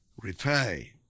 repay